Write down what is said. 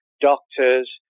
doctors